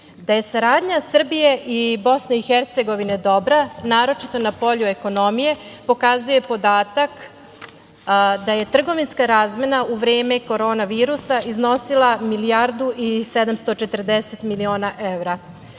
Da je saradnja Srbije i BiH dobra, naročito na polju ekonomije, pokazuje podatak da je trgovinska razmena u vreme korona virusa iznosila milijardu i 740 miliona evra.